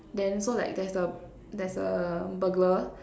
then so like there's a there's a burglar